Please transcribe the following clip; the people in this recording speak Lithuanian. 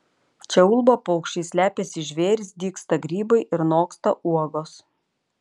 čia ulba paukščiai slepiasi žvėrys dygsta grybai ir noksta uogos